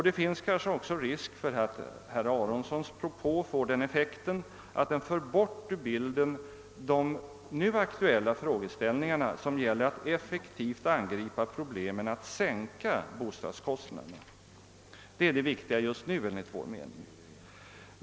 Det finns kanske också risk för att herr Aronsons propå får den effekten att den för bort ur bilden de nu aktuella frågeställningarna, som gäller att effektivt angripa problemet att sänka bostadskostnaderna. Det är det viktiga just nu enligt vår mening.